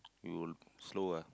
you slow ah